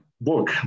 book